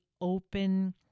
open